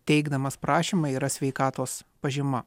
teikdamas prašymą yra sveikatos pažyma